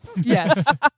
Yes